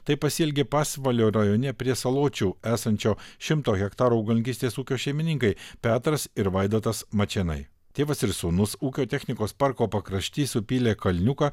taip pasielgė pasvalio rajone prie saločių esančio šimto hektarų augalininkystės ūkio šeimininkai petras ir vaidotas mačėnai tėvas ir sūnus ūkio technikos parko pakrašty supylė kalniuką